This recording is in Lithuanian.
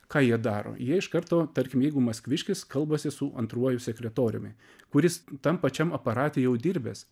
ką jie daro jie iš karto tarkim jeigu maskviškis kalbasi su antruoju sekretoriumi kuris tam pačiam aparate jau dirbęs